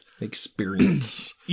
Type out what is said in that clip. experience